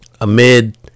Amid